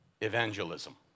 evangelism